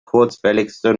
kurzwelligste